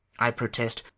i protest,